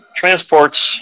transports